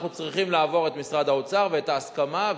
אנחנו צריכים לעבור את משרד האוצר ואת ההסכמה,